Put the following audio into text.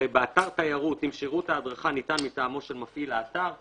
הרי באתר תיירות אם שירות ההדרכה ניתן מטעמו של מפעיל האתר,